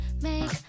make